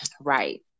Right